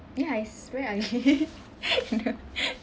ya it's very ugly